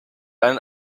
einen